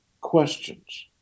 questions